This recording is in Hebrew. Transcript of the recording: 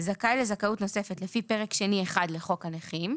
זכאי לזכאות נוספת לפי פרק שני1 לחוק הנכים,